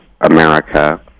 America